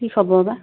কি খবৰ বা